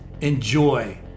enjoy